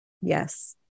Yes